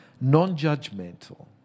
non-judgmental